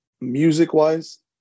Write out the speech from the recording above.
music-wise